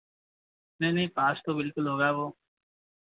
नहीं नहीं पास तो बिल्कुल होगा वो